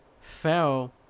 fell